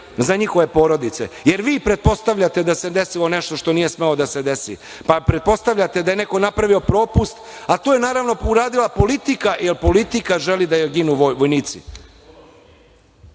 za njihove porodice, jer vi pretpostavljate da se desilo nešto što nije smelo da se desi, pa pretpostavljate da je neko napravio propust, a to je naravno uradila politika, jer politika želi da joj ginu vojnici. To